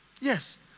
Yes